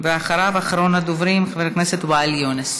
אחריו אחרון הדוברים, חבר הכנסת ואאל יונס.